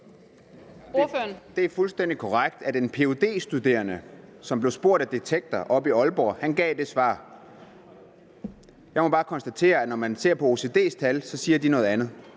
Det er fuldstændig korrekt, at en ph.d.-studerende, som blev spurgt af Detektor oppe i Aalborg, gav det svar. Jeg må bare konstatere, at når man ser på OECD's tal, siger de noget andet.